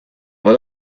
por